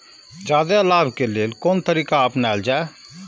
जादे लाभ के लेल कोन तरीका अपनायल जाय?